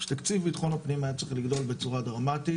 שתקציב ביטחון הפנים היה צריך לגדול בצורה דרמטית